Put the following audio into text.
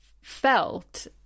felt